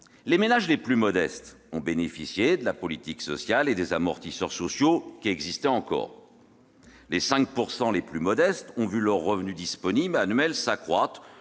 Les ménages les plus modestes ont bénéficié de la politique sociale et des amortisseurs sociaux encore existants : les 5 % les plus modestes ont vu leur revenu disponible annuel s'accroître